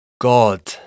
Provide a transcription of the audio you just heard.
God